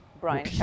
Brian